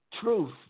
truth